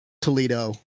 Toledo